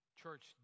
church